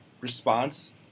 response